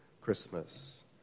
Christmas